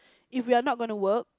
if we are not going to work